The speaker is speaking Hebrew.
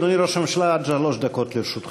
אדוני ראש הממשלה, עד שלוש דקות לרשותך.